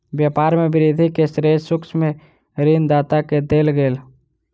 व्यापार में वृद्धि के श्रेय सूक्ष्म ऋण दाता के देल गेल